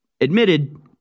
admitted